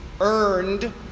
earned